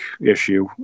issue